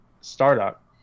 startup